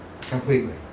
Completely